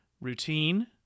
routine